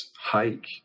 hike